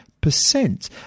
percent